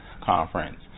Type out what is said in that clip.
conference